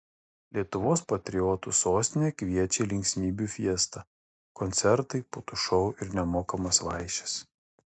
lietuvos patriotų sostinė kviečia į linksmybių fiestą koncertai putų šou ir nemokamos vaišės